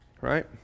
Right